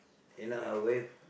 you know a wave